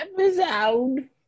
Episode